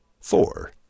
Four